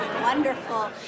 Wonderful